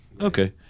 Okay